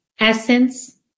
Essence